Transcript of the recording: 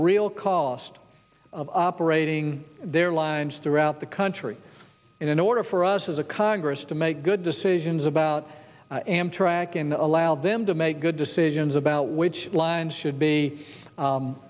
real cost of operating their lines throughout the country in order for us as a congress to make good decisions about amtrak and allow them to make good decisions about which lines should be